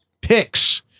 picks